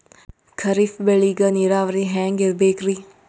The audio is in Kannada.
ಖರೀಫ್ ಬೇಳಿಗ ನೀರಾವರಿ ಹ್ಯಾಂಗ್ ಇರ್ಬೇಕರಿ?